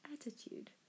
attitude